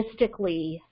logistically